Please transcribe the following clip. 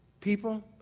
People